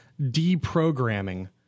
deprogramming